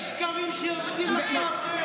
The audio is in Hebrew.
עם השקרים שיוצאים לך מהפה.